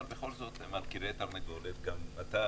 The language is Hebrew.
אבל בכל זאת הם על כרעי תרנגולת; גם אתה,